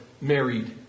married